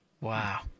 Wow